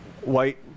white